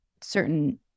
certain